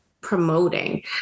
promoting